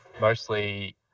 Mostly